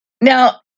Now